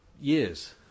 years